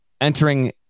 entering